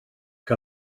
que